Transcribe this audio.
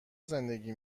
زندگی